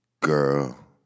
Girl